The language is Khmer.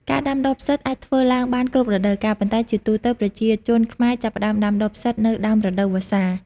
ការដាំដុះផ្សិតអាចធ្វើឡើងបានគ្រប់រដូវកាល ប៉ុន្តែជាទូទៅ ប្រជាជនខ្មែរចាប់ផ្ដើមដាំដុះផ្សិតនៅ ដើមរដូវវស្សា។